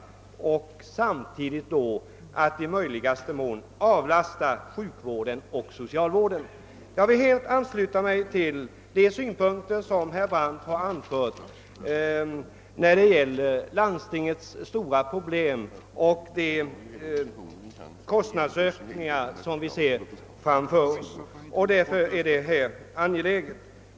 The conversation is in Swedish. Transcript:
Samtidigt skulle man i möjligaste mån söka avlasta sjukvården och socialvården. Jag vill helt ansluta mig tilll herr Brandts ståndpunkt beträffande landstingens stora problem och de kostnadsökningar som kan förutses.